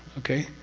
okay?